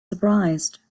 surprised